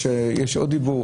יש להם ותק.